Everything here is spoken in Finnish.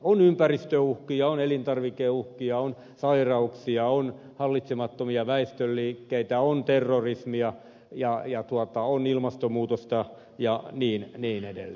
on ympäristöuhkia on elintarvikeuhkia on sairauksia on hallitsemattomia väestönliikkeitä on terrorismia ja on ilmastonmuutosta ja niin edelleen